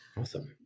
Awesome